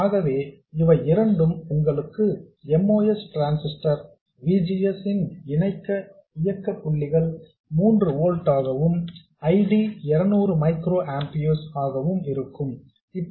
ஆகவே இவை இரண்டும் உங்களுக்கு MOS transistor V G S இன் இயக்கப் புள்ளிகள் 3 ஓல்ட்களாகவும் I D 200 மைக்ரோ ஆம்பியர்ஸ் ஆகவும் இருக்க வேண்டும்